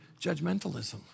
judgmentalism